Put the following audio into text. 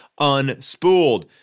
UNSPOOLED